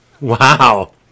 Wow